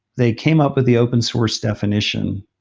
they came up with the open source definition.